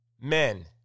men